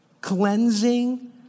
cleansing